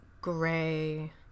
gray